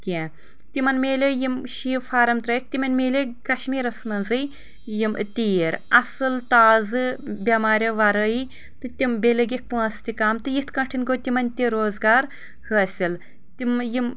کینٛہہ تمن مِلے یم شیٖپ فارم ترٲیکھ تمن ملے کشمیٖرس منٛزٕے یم تیٖر اصل تازٕ بٮ۪مارٮ۪و ورٲیی تہٕ تم بییٚہِ لگکھ پونٛسہٕ تہِ کم تہٕ یتھ کٲنٛٹھٮ۪ن گوٚو تمن تہِ روزگار حٲصل تم یم